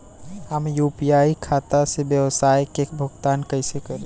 हम यू.पी.आई खाता से व्यावसाय के भुगतान कइसे करि?